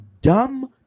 dumb